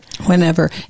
whenever